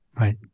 right